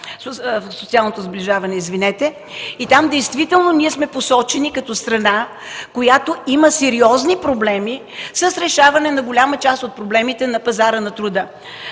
и социалното приобщаване, и там действително сме посочени като страна, която има сериозни проблеми с решаване на голяма част от проблемите на пазара на труда